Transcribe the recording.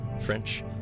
French